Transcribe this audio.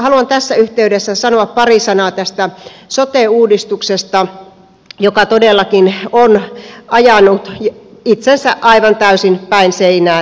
haluan tässä yhteydessä sanoa pari sanaa tästä sote uudistuksesta joka todellakin on ajanut itsensä aivan täysin päin seinää